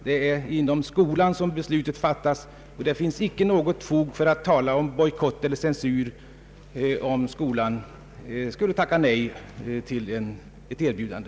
Det är inom skolan som beslutet fattas, och det finns inget som helst fog för att tala om bojkott eller censur, om skolan skulle tacka nej till ett erbjudande.